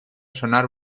sonar